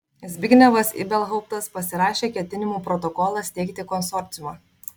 zbignevas ibelhauptas pasirašė ketinimų protokolą steigti konsorciumą